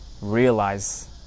realize